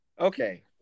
Okay